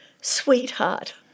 Sweetheart